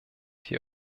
die